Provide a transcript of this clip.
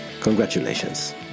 Congratulations